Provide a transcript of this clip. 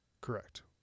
Correct